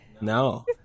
No